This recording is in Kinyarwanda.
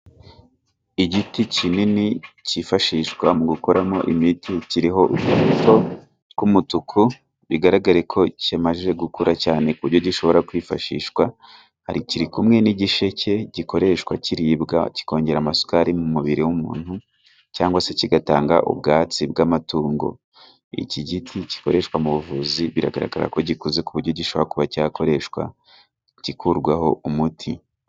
Igiti kinini kifashishwa mu gukoramo imiti, kiriho utubuto tw'umutuku, bigaragare ko kimaze gukura cyane, ku buryo gishobora kwifashishwa .Kiri kumwe n'igisheke gikoreshwa kiribwa kikongera amasukari mu mubiri w'umuntu, cyangwa se kigatanga ubwatsi bw'amatungo. Iki giti gikoreshwa mu buvuzi, biragaragara ko gikuze ku buryo gishobora kuba cyakoreshwa gikurwaho umuti.